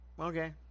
okay